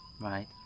Right